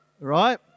right